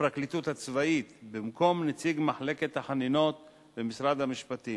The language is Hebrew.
בפרקליטות הצבאית במקום נציג מחלקת החנינות במשרד המשפטים.